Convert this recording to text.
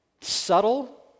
subtle